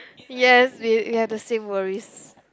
yes we we have the same worries